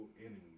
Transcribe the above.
enemies